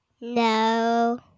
no